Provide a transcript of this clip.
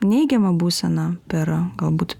neigiamą būseną per galbūt